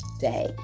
day